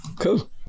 cool